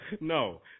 No